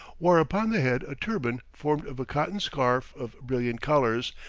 wore upon the head a turban formed of a cotton scarf of brilliant colours,